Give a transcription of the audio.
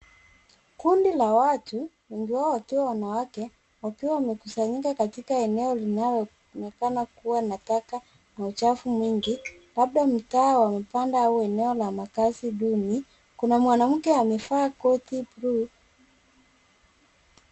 Kundi la watu, wengi wao wakiwa wanawake, wakiwa wamekusanyika katika eneo linalo onekana kuwa na taka ,na uchafu mwingi, labda mtaa wa mabanda au eneo la makazi duni, kuna mwanamke amevaa koti juu.